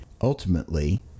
Ultimately